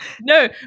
No